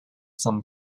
some